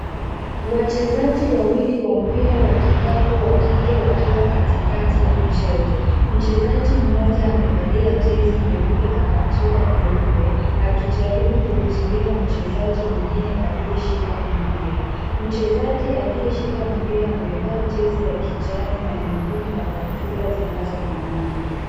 Wachezaji wawili wa mpira wa kikapu wa kike wakiwa katikati ya mchezo. Mchezaji mmoja amevalia jezi nyeupe na kaptula nyeupe, akijaribu kumzuia mchezaji mwingine aliyeshika mpira. Mchezaji aliyeshika mpira amevaa jezi ya kijani na nyekundu na kaptula zinazofanana.